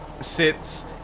sits